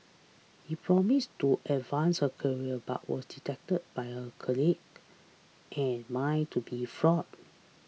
he promised to advance her career but was detected by her colleagues and mind to be fraud